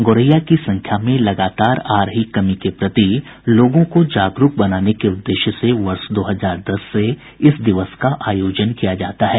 गोरैया की संख्या में लगातार आ रही कमी के प्रति लोगों को जागरुक बनाने के उद्देश्य से वर्ष दो हजार दस से इस दिवस का आयोजन किया जाता है